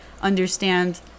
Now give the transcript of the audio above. understand